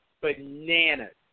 bananas